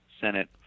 Senate